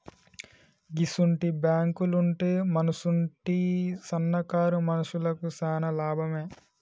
గిసుంటి బాంకులుంటే మనసుంటి సన్నకారు మనుషులకు శాన లాభమే